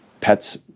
pets